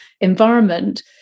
environment